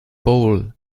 bowl